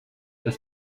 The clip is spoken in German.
das